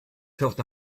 felt